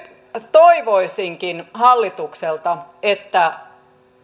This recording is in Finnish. toivoisinkin hallitukselta että